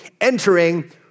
entering